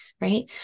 right